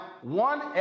one